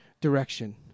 direction